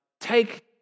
take